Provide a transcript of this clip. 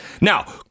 now